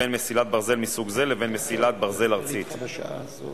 הפלונטר של הרכבת הקלה בירושלים ותאפשר תחילת הפעלה ב-19 באוגוסט,